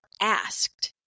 asked